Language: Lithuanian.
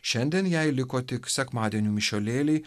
šiandien jai liko tik sekmadienių mišiolėliai